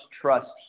trust